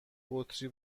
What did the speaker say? بطری